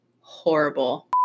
horrible